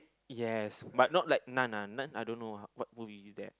yes but not like nun ah nun I don't know ah what movie is that